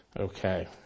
Okay